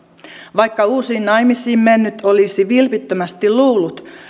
vaikka uusiin naimisiin mennyt olisi vilpittömästi luullut